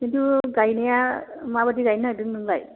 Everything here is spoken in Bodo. खिन्थु गायनाया माबायदि गायनो नागिरदों नोंलाय